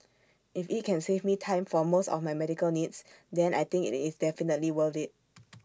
if IT can save me time for most of my medical needs then I think IT is definitely worth IT